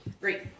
Great